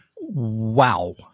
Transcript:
Wow